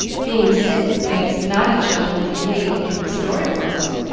being sick makes naughty children behave in story-books,